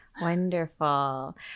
Wonderful